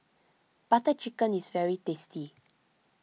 Butter Chicken is very tasty